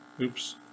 Oops